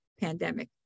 pandemic